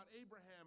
Abraham